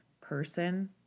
person